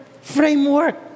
framework